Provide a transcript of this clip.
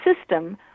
system